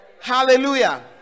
hallelujah